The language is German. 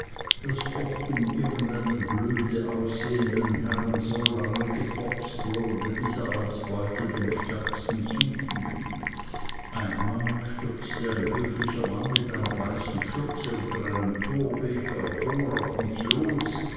daß oft um irgendeinen blöde aussehenden herrn solange geboxt wurde bis er als beute dem stärksten zufiel einmal stürzte ein höflicher mann mit einer weißen schürze unter einem torweg hervor auf mich los